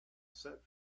set